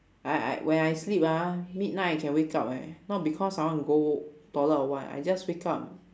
I I when I sleep ah midnight I can wake up eh not because I want to go toilet or what I just wake up